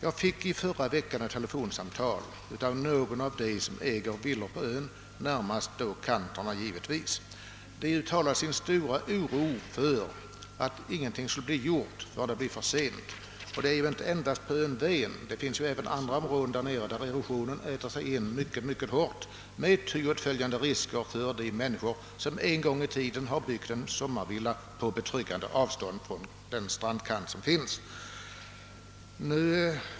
Jag fick i förra veckan ett telefonsamtal från en av dem som äger villor på ön. Han uttalade sin stora oro över att ingenting skulle bli gjort förrän det var för sent. Detta problem gäller för Övrigt inte bara ön Ven — även på andra platser är erosionen mycket stor, med ty åtföljande risker för de människor som en gång i tiden har byggt en sommarvilla på betryggande avstånd från stranden.